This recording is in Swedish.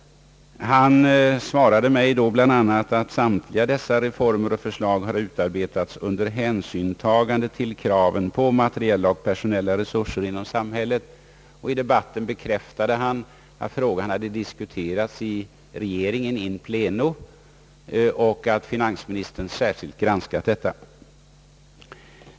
Han svarade mig då bland annat att samtliga dessa reformer och för slag hade utarbetats under hänsynstagande till kravet på materiella och personella resurser inom samhället, och i debatten bekräftade han att saken diskuterats i regeringen in pleno och att finansministern särskilt granskat detta.